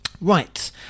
right